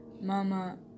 Mama